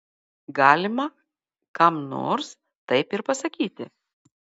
galima kam nors taip ir pasakyti